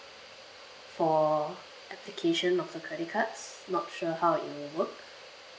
for application of the credit cards not sure how it will work